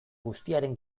guztiaren